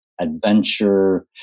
adventure